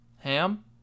Ham